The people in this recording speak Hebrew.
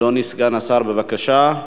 אדוני סגן השר, בבקשה.